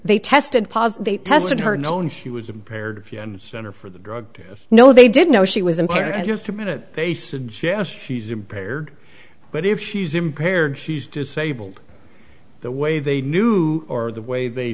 they tested posit that tested her known she was impaired and center for the drug test no they didn't know she was impaired just a minute they suggest she's impaired but if she's impaired she's disabled the way they knew or the way they